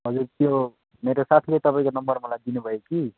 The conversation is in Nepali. हजुर त्यो मेरो साथीले तपाईँको नम्बर मलाई दिनुभयो कि